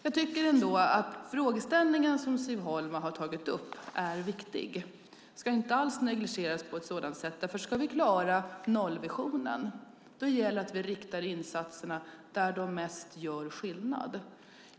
Den frågeställning som Siv Holma har tagit upp är viktig och ska inte alls negligeras. Ska vi klara nollvisionen gäller det att vi riktar insatserna där de mest gör skillnad.